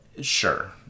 Sure